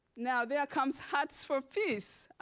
now, there comes huts for peace.